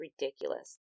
ridiculous